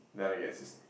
then I guess is